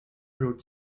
road